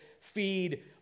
feed